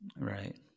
Right